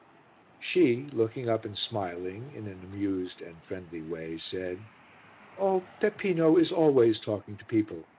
she, looking up and smiling, in an amused and friendly way, said oh! peppino is always talking to people.